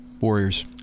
Warriors